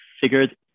figured